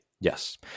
Yes